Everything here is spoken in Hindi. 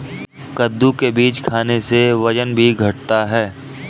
कद्दू के बीज खाने से वजन भी घटता है